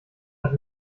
hat